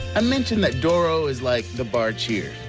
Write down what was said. i mentioned that doro is like the bar, cheers.